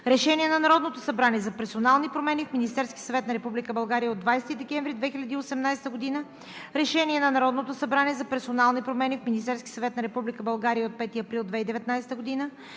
Решение на Народното събрание за персонални промени в Министерския съвет на Република България от 5 април 2019 г. (ДВ, бр. 29 от 2019 г.), Решение на Народното събрание за персонални промени в Министерския съвет на Република България от 15 май 2019 г.